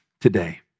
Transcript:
today